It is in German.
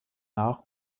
nach